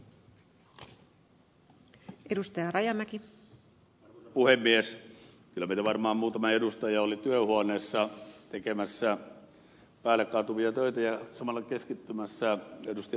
kyllä meitä varmaan muutama edustaja oli työhuoneessa tekemässä päälle kaatuvia töitä ja samalla keskittymässä ed